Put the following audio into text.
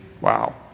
wow